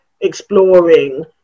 exploring